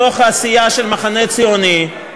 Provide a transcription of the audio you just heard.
בתוך הסיעה של המחנה הציוני,